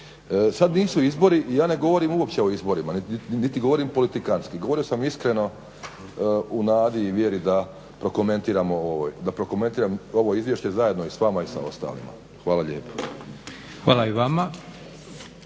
Sada nisu izbori i ja ne govorim uopće o izborima, niti govorim politikantski, govorio sam iskreno u nadi i vjeri da prokomentiram ovo izvješće zajedno sa vama i sa ostalima. Hvala lijepo.